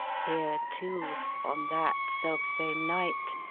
here, too on that selfsame night,